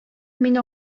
мин